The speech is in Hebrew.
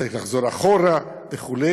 צריך לחזור אחורה וכו',